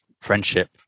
friendship